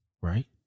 right